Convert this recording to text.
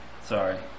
sorry